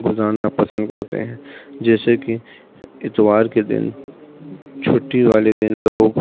گزارنا پسند کرتے ہیں جیسے کہ اتوار کے دن چھٹّی والے دن لوگ